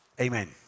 amen